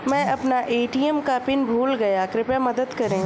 मै अपना ए.टी.एम का पिन भूल गया कृपया मदद करें